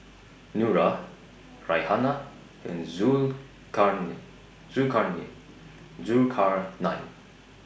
Nura Raihana and Zulkarnain